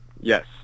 Yes